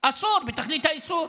אסור בתכלית האיסור.